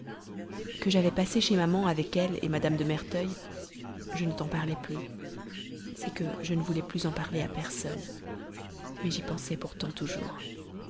que j'avais passée chez maman avec lui mme de merteuil je ne t'en parlais plus c'est que je ne voulais plus en parler à personne mais j'y pensais pourtant toujours